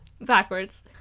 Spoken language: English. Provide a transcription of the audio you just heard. Backwards